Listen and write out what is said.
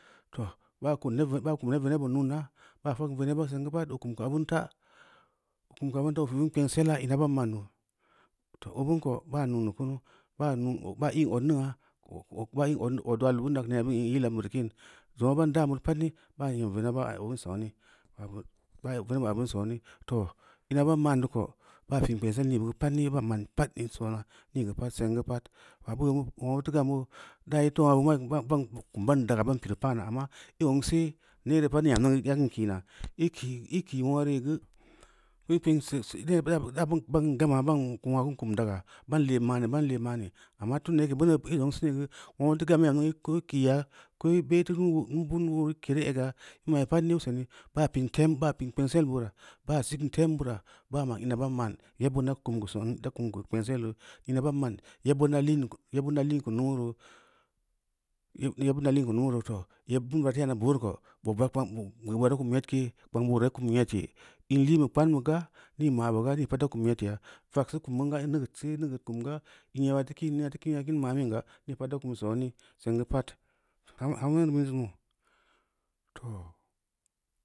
Too, baa kun neb baa kun neb veneb bee nuuna baa fak veneba seng geu pad oo kum keu obinta, kum geu obinta oo pobin kpensila ina ban ma’noo, too, obin ko baa nuu neu ku, baa nuun, baa i’n odningna, baa i’n odulalbe bina neena bin ī’n yil obinbe reu kim, zongna ban daan bureu pad ni, zongna ban daan bureu pad ni, baa nyam veneba oo nya bin sooni, veneb oo o bin sooni, too ina ban ma’n neu ko, ban pi’ n kpensel nii geu pad ni bin ma’n pad in soona, niī geu pad, seng geu pad, zengn boo nulangna buteu gam yoo, daa iteu aabu bam kum ban daga ban pireu palma amma ī ong see, neere pad nyam ningn geu īra kin kiina, ī kii ī kii mulangna reū geu, da bin gama, ban kum daga, ban lee ma’ni ban lee ma’ni, amma tunda yake ī zongn sine gu, nulongna nuteu gam yere nyam mingn geu ī kii ya ko ī be teu nuubooru ked ī egga, ī ma’ī pad nē useni baan pi’ tem bau pi’n kpengsil bu meura, baa sikin tem bura, ba ma’ ina ban ma’n sikin tem bura, ba ma’ ina ban ma’n yebban da kum geu soon da kum geu kpengsil iro, ina bam ma’n yebbin da lii keu unu roo, yebbin da lii keu lumu no. too, yebbin bira teu yaana booreu reu ko bob areu um nyed ke kpang boo reu kum nyedke in liibeu kpan bu gam nii ma’ bu ga nii pad da kum nyed keya, vagseu kum binga, neugeud see, neugeud kum ga, in yeb a teu kin, in yeba teu kin ma’ bin ga, ma’bin ga, nii pad teu kum sooni song geu pad,